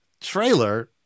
trailer